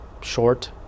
short